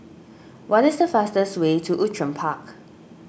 what is the fastest way to Outram Park